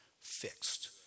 fixed